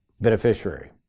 beneficiary